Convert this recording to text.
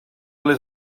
les